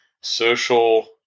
social